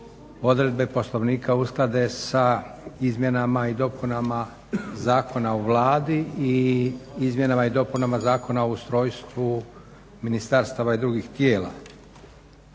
odredbe Poslovnika usklade sa izmjenama i dopunama Zakona o Vladi i izmjenama i dopunama Zakona o ustrojstvu ministarstava i drugih tijela.